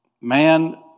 man